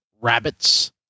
Rabbits